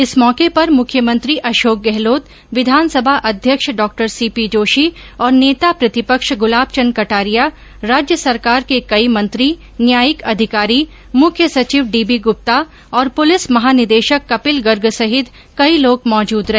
इस मौके पर मुख्यमंत्री अशोक गहलोत विधानसभा अध्यक्ष डॉ सीपी जोशी और नेता प्रतिपक्ष गुलाबचन्द कटारिया राज्य सरकार के कई मंत्री न्यायिक अधिकारी मुख्य सचिव डीबी गुप्ता और पुलिस महानिदेशक कपिल गर्ग सहित कई लोग मौजूद रहे